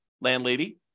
landlady